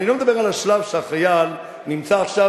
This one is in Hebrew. אני לא מדבר על השלב שהחייל נמצא עכשיו,